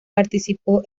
participó